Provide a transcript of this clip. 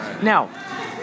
Now